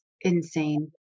insane